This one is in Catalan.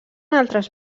altres